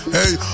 Hey